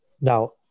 Now